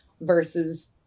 versus